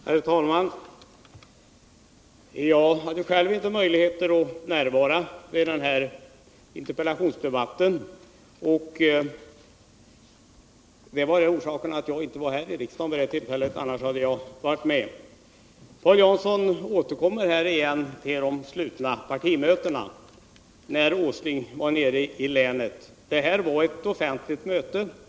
Herr talman! Jag hade inte möjlighet att närvara vid interpellationsdebatten eftersom jag inte befann mig i riksdagen vid det tillfället. Annars hade jag varit med. Paul Jansson återkommer till sitt tal om de slutna partimötena när Nils Åsling var nere i länet. Det var ett offentligt möte.